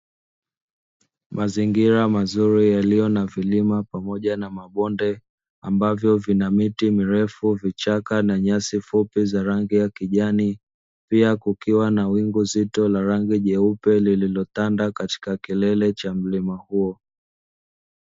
Mazingira mazuri yaliyo na milima pamoja na mabonde ambayo yana miti mirefu, vichaka na nyasi fupi za rangi ya kijani pia kukiwa na wingu zito lenye rangi nyeupe lililotanda katika kilele cha mlima huo.